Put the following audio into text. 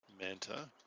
manta